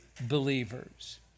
believers